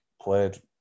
played